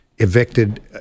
evicted